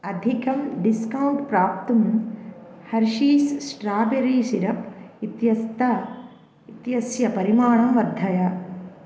अधिकं डिस्कौण्ट् प्राप्तुं Hershey's strawberry syrup इत्यस्य इत्यस्य परिमाणं वर्धय